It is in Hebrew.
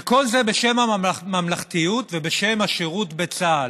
וכל זה בשם הממלכתיות ובשם השירות בצה"ל.